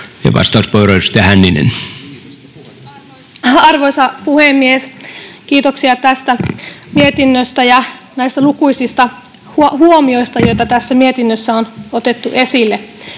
Time: 15:32 Content: Arvoisa puhemies! Kiitoksia tästä mietinnöstä ja näistä lukuisista huomioista, joita tässä mietinnössä on otettu esille.